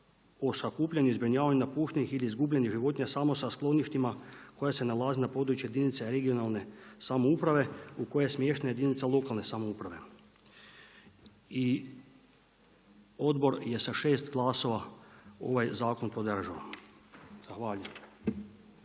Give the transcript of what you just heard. o sakupljanju i zbrinjavanju napuštenih ili izgubljenih životinja samo sa skloništima koje se nalaze na području jedinica regionalne samouprave u koju je smještena jedinica lokalne samouprave. I odbor je sa 6 glasova ovaj zakon podržao. Zahvaljujem.